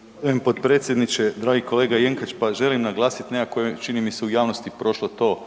… potpredsjedniče. Dragi kolega Jenkač. Pa želim naglasiti nekako je čini mi se u javnosti prošlo to